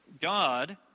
God